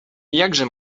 jakże